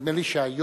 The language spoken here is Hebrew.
נדמה לי שהיום,